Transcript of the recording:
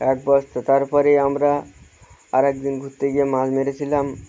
এক বস্তা তারপরেই আমরা আরেকদিন ঘুরতে গিয়ে মাছ মেরেছিলাম